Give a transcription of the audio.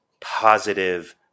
positive